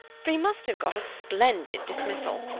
for he must have got a splendid dismissal.